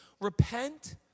Repent